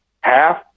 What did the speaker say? half